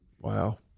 Wow